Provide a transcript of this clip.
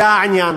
זה העניין.